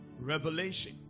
revelation